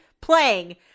playing